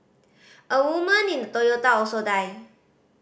a woman in the Toyota also died